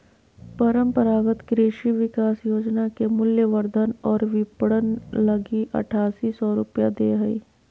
परम्परागत कृषि विकास योजना के मूल्यवर्धन और विपरण लगी आठासी सौ रूपया दे हइ